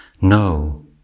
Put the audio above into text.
No